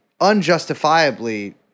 unjustifiably